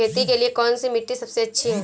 खेती के लिए कौन सी मिट्टी सबसे अच्छी है?